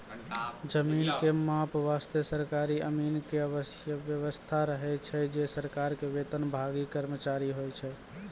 जमीन के माप वास्तॅ सरकारी अमीन के व्यवस्था रहै छै जे सरकार के वेतनभागी कर्मचारी होय छै